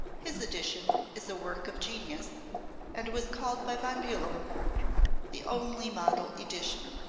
his edition is a work of genius and was called by von bulow the only model edition.